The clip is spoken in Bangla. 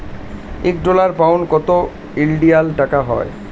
ইক ডলার, পাউল্ড কত ইলডিয়াল টাকা হ্যয়